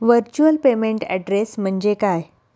Virtual payment address म्हणजे काय?